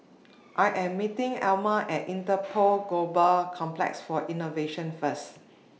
I Am meeting Elmer At Interpol Global Complex For Innovation First